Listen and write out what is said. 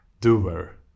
doer